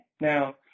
Now